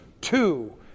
two